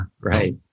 right